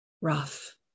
rough